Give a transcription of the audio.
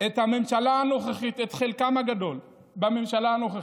את הממשלה הנוכחית, את חלקם הגדול בממשלה הנוכחית,